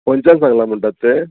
खंयच्यान सांगलां म्हणटात ते